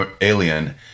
alien